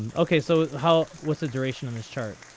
um okay so how was the duration of this chart.